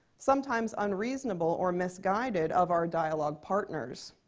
sometimes unreasonable or misguided, of our dialogue partners.